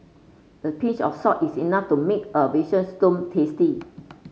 a pinch of salt is enough to make a veal stone tasty